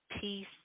peace